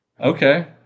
Okay